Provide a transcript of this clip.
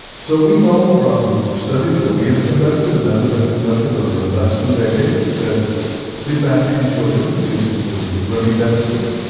so we know from studies that we have conducted and others have conducted over the last two decades that sleep apnoea in children leads to learning deficits,